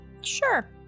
Sure